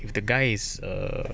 if the guys is a